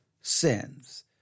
sins